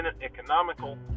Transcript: economical